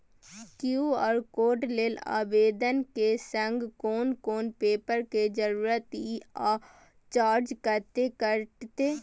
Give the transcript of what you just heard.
QR code लेल आवेदन के संग कोन कोन पेपर के जरूरत इ आ चार्ज कत्ते कटते?